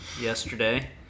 yesterday